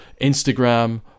instagram